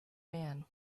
man